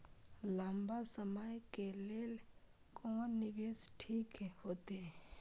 लंबा समय के लेल कोन निवेश ठीक होते?